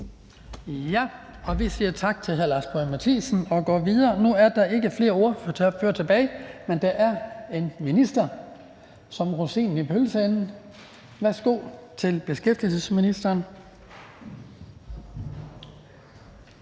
Vi siger tak til hr. Lars Boje Mathiesen og går videre. Nu er der ikke flere ordførere tilbage, men der er en minister som rosinen i pølseenden. Værsgo til beskæftigelsesministeren.